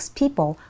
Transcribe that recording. people